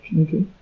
Okay